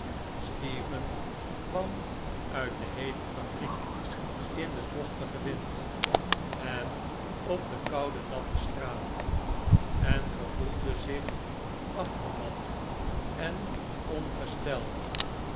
stephen kwam uit de heete fabriek in den vochtigen wind en op de koude natte straat en gevoelde zich afgemat en ongesteld